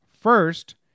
first